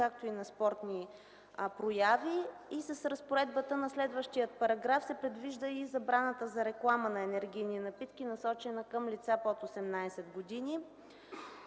както и на спортни прояви. С разпоредбата на следващия параграф се предвижда и забраната за реклама на енергийни напитки, насочена към лица под 18 години.